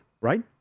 Right